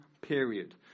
period